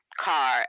car